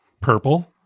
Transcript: purple